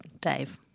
Dave